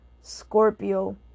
Scorpio